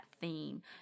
theme